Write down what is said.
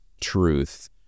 truth